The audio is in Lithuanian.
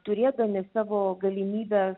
turėdami savo galimybes